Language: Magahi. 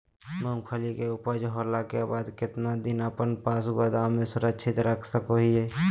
मूंगफली के ऊपज होला के बाद कितना दिन अपना पास गोदाम में सुरक्षित रख सको हीयय?